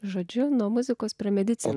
žodžiu nuo muzikos paramedicina